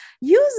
Use